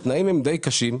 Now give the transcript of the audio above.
שהתנאים הם די קשים,